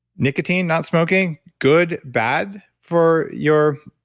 nicotine not smoking good, bad for your